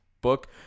book